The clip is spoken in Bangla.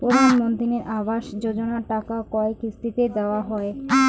প্রধানমন্ত্রী আবাস যোজনার টাকা কয় কিস্তিতে দেওয়া হয়?